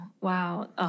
Wow